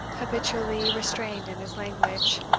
habitually restrained in his language,